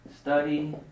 Study